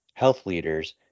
healthleaders